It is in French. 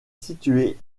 située